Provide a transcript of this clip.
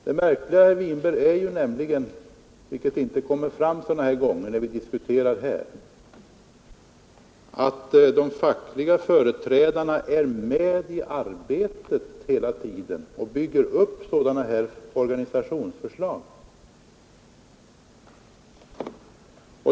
Det märkliga är nämligen, herr Winberg, att de fackliga företrädarna hela tiden är med i arbetet och bygger upp sådana här organisationsförslag.